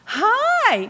hi